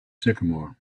sycamore